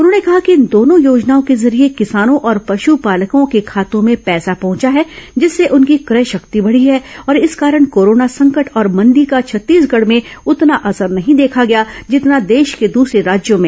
उन्होंने कहा कि इन दोनों योजनाओं के जरिये किसानों और पशुपालकों के खातों में पैसा पहुंचा है जिससे उनकी क्रय शक्ति बढ़ी है और इस कारण कोरोना संकट और मंदी का छत्तीसगढ़ में उतना असर नहीं देखा गया जितना देश के दूसरे राज्यों में